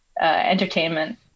entertainment